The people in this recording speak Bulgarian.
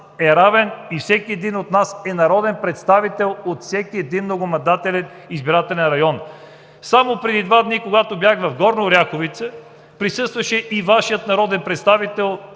е равен и всеки един от нас е народен представител от многомандатен избирателен район. Само преди два дни, когато бях в Горна Оряховица, присъстваше и Вашият народен представител,